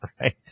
right